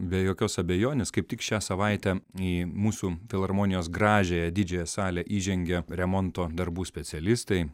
be jokios abejonės kaip tik šią savaitę į mūsų filharmonijos gražiąją didžiąją salę įžengia remonto darbų specialistai